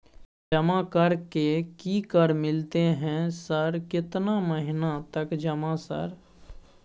जमा कर के की कर मिलते है सर केतना महीना तक जमा सर?